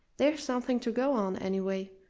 there's something to go on, anyway,